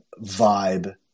vibe